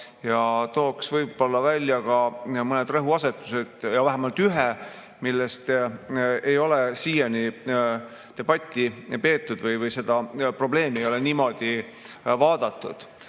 ja tooks võib-olla mõned rõhuasetused, vähemalt ühe, mille üle ei ole siiani debatti peetud või seda probleemi ei ole niimoodi vaadatud. See,